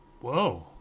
Whoa